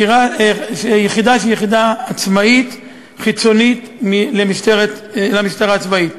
היחידה היא יחידה עצמאית, חיצונית למשטרה הצבאית.